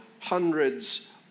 hundreds